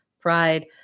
Pride